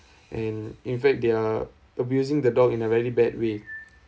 and in fact they're abusing the dog in a very bad way